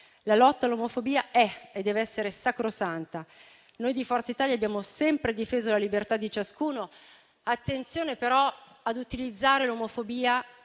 La lotta all'omofobia è e deve essere sacrosanta. Noi di Forza Italia abbiamo sempre difeso la libertà di ciascuno. Attenzione, però, ad utilizzare l'omofobia